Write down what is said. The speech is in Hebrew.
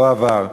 לא עבר,